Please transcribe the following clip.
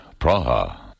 Praha